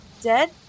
Dead